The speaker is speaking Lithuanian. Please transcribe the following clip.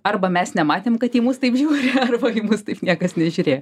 arba mes nematėm kad į mus taip žiūri arba į mus taip niekas nežiūrėjo